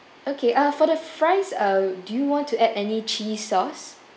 okay uh for the fries uh do you want to add any cheese sauce